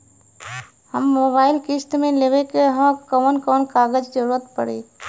Mobile किस्त मे लेवे के ह कवन कवन कागज क जरुरत पड़ी?